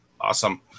Awesome